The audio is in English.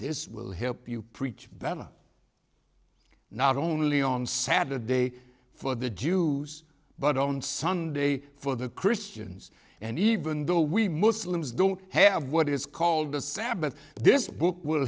this will help you preach that not only on saturday for the jews but on sunday for the christians and even though we muslims don't have what is called the sabbath this